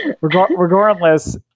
Regardless